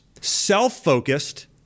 self-focused